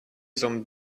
some